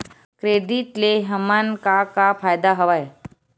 Credit ले हमन का का फ़ायदा हवय?